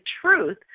truth